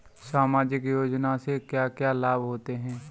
सामाजिक योजना से क्या क्या लाभ होते हैं?